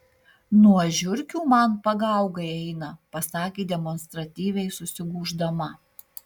nuo žiurkių man pagaugai eina pasakė demonstratyviai susigūždama